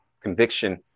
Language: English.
conviction